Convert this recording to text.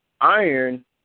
iron